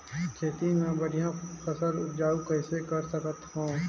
खेती म मै बढ़िया फसल उपजाऊ कइसे कर सकत थव?